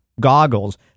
goggles